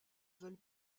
veulent